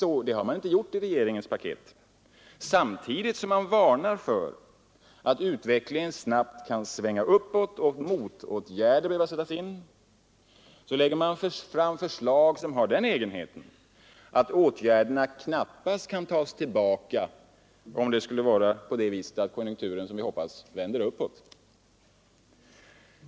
Det har man inte gjort i regeringens paket. Samtidigt som man varnar för att utvecklingen snabbt kan svänga uppåt och motåtgärder behöva sättas in lägger man fram förslag som har den egenheten att åtgärderna knappast kan tas tillbaka, om konjunkturen — som vi hoppas — vänder uppåt.